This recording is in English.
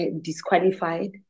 disqualified